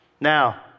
Now